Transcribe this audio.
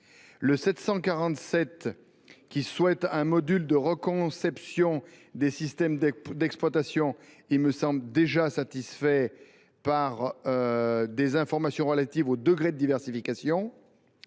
au diagnostic un module de reconception des systèmes d’exploitation, ce qui me semble déjà satisfait par les informations relatives au degré de diversification.